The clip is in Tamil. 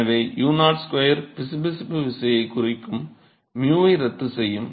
எனவே u0 2 பிசுபிசுப்பு விசையைக் குறிக்கும் 𝝻 வை ரத்து செய்யும்